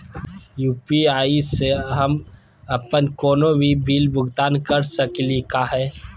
UPI स हम अप्पन कोनो भी बिल भुगतान कर सकली का हे?